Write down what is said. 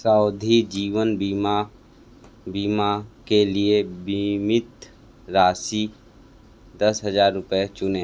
सावधि जीवन बीमा बीमा के लिए बीमित राशि दस हज़ार रुपये चुनें